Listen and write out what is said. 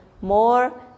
more